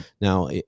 now